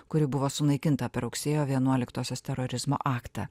kuri buvo sunaikinta per rugsėjo vienuoliktosios terorizmo aktą